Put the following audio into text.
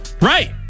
right